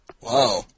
Wow